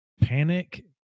panic